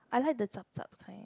I like the zhup zhup kind